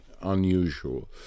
unusual